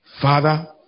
Father